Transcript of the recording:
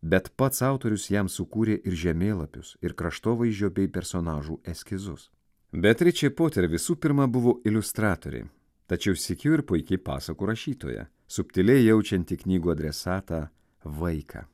bet pats autorius jam sukūrė ir žemėlapius ir kraštovaizdžio bei personažų eskizus beatričė poter visų pirma buvo iliustratorė tačiau sykiu ir puiki pasakų rašytoja subtiliai jaučianti knygų adresatą vaiką